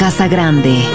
Casagrande